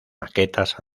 maquetas